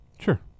Sure